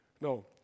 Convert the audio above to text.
No